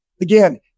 again